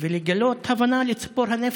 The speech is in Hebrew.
ולגלות הבנה לציפור הנפש.